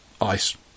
Ice